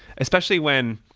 especially when